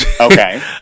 Okay